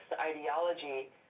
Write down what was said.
ideology